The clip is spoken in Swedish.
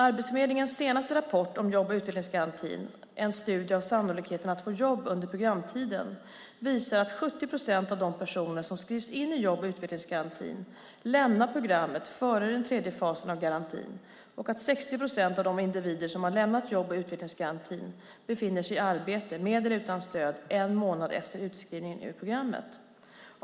Arbetsförmedlingens senaste rapport om jobb och utvecklingsgarantin - En studie av sannolikheten att få jobb under programtiden - visar att 70 procent av de personer som skrivs in i jobb och utvecklingsgarantin lämnar programmet före den tredje fasen av garantin och att 60 procent av de individer som har lämnat jobb och utvecklingsgarantin befinner sig i arbete, med eller utan stöd, en månad efter utskrivningen ur programmet.